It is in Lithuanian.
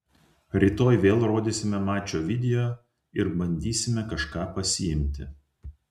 rytoj vėl rodysime mačo video ir bandysime kažką pasiimti